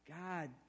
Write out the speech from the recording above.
God